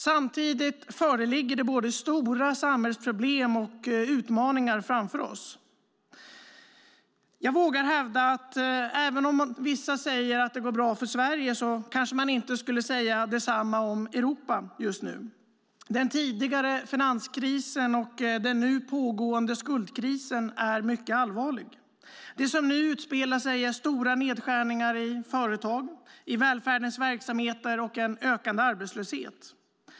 Samtidigt föreligger det både stora samhällsproblem och utmaningar framför oss. Jag vågar hävda att även om vissa säger att det går bra för Sverige kanske man inte skulle säga detsamma om Europa just nu. Den tidigare finanskrisen och den nu pågående skuldkrisen är mycket allvarlig. Det som nu utspelar sig är stora nedskärningar i företag och i välfärdens verksamheter och en ökande arbetslöshet.